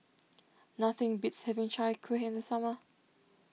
nothing beats having Chai Kueh in the summer